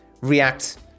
react